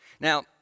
Now